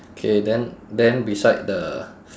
K then then beside the